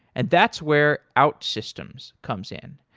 and that's where outsystems comes in.